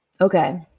Okay